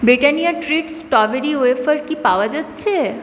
Britannia treat strawberry wafer কি পাওয়া যাচ্ছে